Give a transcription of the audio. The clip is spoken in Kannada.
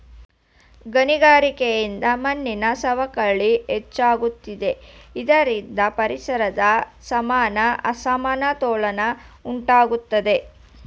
ಗಣಿಗಾರಿಕೆಯಿಂದ ಮಣ್ಣಿನ ಸವಕಳಿ ಹೆಚ್ಚಾಗುತ್ತಿದೆ ಇದರಿಂದ ಪರಿಸರದ ಸಮಾನ ಅಸಮತೋಲನ ಉಂಟಾಗುತ್ತದೆ